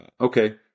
Okay